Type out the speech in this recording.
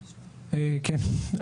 כן.